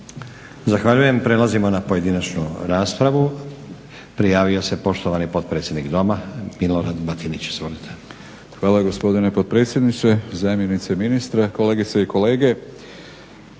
Zahvaljujem. Prelazimo na pojedinačnu raspravu. Prijavio se poštovani potpredsjednik Doma Milorad Batinić,